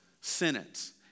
sentence